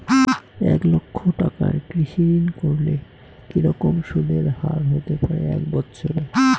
এক লক্ষ টাকার কৃষি ঋণ করলে কি রকম সুদের হারহতে পারে এক বৎসরে?